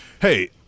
hey